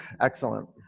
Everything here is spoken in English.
excellent